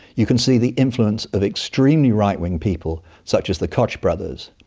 you can see the influence of extremely right-wing people such as the koch brothers,